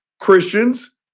Christians